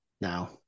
now